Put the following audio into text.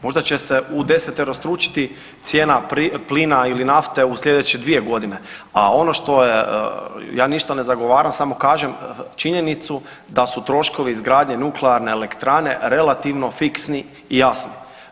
Možda će se udeseterostručiti cijena plina ili nafte u sljedeće dvije godine, a ono što je ja ništa ne zagovaram samo kažem činjenicu da su troškovi izgradnje nuklearne elektrane relativno fiksni i jasni.